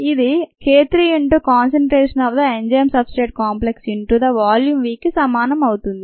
ఇది k 3 into concentration of the enzyme substrate complex into the volume V కి సమానం అవుతుంది